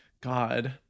God